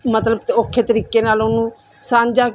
ਮਤਲਬ ਔਖੇ ਤਰੀਕੇ ਨਾਲ ਉਹਨੂੰ ਸਾਂਝਾ